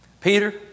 Peter